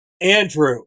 Andrew